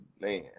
man